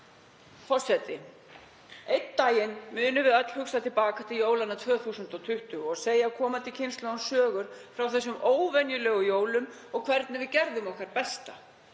önnur. Einn daginn munum við öll hugsa til baka til jólanna 2020 og segja komandi kynslóðum sögur frá þessum óvenjulegu jólum og hvernig við gerðum okkar besta.